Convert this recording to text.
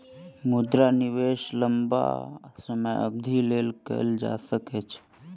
मुद्रा निवेश लम्बा समय अवधिक लेल कएल जा सकै छै